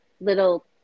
little